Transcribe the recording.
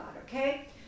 okay